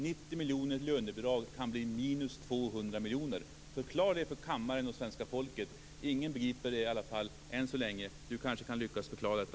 90 miljoner i lönebidrag kan bli minus 200 miljoner. Förklara det för kammaren och svenska folket. Ingen begriper det än så länge. Du kanske lyckas förklara det.